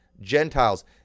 Gentiles